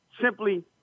simply